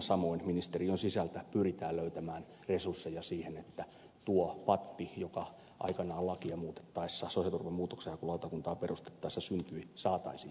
samoin ministeriön sisältä pyritään löytämään resursseja siihen että tuo patti joka aikanaan lakia muutettaessa sosiaaliturvan muutoksenhakulautakuntaa perustettaessa syntyi saataisiin purettua